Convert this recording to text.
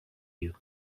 you